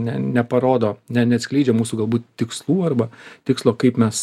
ne neparodo ne neatskleidžia mūsų galbūt tikslų arba tikslo kaip mes